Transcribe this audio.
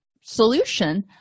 solution